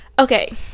okay